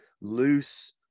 loose